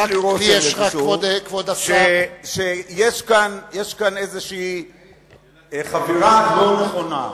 יש לי רושם שיש כאן איזו חבירה לא נכונה.